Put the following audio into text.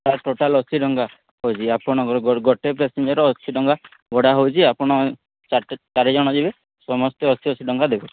sir total ଅଶୀ ଟଙ୍କା ହେଉଛି ଆପଣଙ୍କ ଗୋଟେ ପାସେଞ୍ଜର୍ ଅଶୀ ଟଙ୍କା ଭଡ଼ା ହେଉଛି ଆପଣ ଚାରି ଜଣ ଯିବେ ସମସ୍ତେ ଅଶୀ ଅଶୀ ଟଙ୍କା ଦେବେ